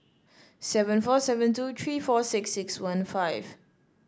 seven four seven two three four six six one five